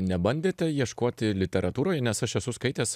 nebandėte ieškoti literatūroj nes aš esu skaitęs